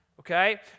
Okay